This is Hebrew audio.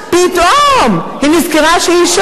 לא קורה שום דבר,